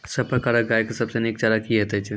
सब प्रकारक गाय के सबसे नीक चारा की हेतु छै?